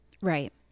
Right